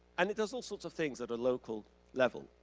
and it does all sorts of things at a local level,